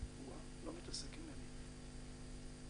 ראש ענף בטיחות בדרכים של הצבא.